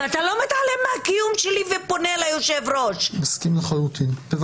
100 אחוז, תודה רבה.